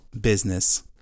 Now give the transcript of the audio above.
business